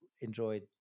enjoyed